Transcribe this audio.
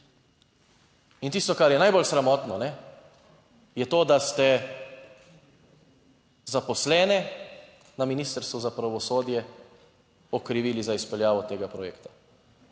In tisto, kar je najbolj sramotno je to, da ste zaposlene na ministrstvu za pravosodje okrivili za izpeljavo tega projekta.